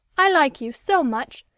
i like you so much,